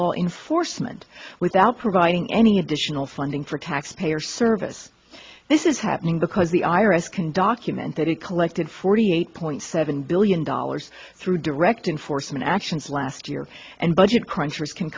law enforcement without providing any additional funding for taxpayer service this is happening because the i r s can document that it collected forty eight point seven billion dollars through direct in for some actions last year and budget crunchers can